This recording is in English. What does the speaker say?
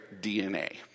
DNA